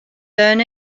learn